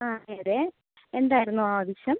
ആ അതെ അതെ എന്തായിരുന്നു ആവശ്യം